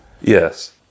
Yes